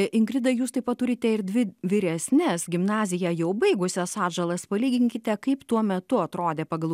ingrida jūs taip pat turite ir dvi vyresnes gimnaziją jau baigusias atžalas palyginkite kaip tuo metu atrodė pagal